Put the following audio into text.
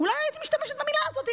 אולי הייתי משתמשת במילה הזאת,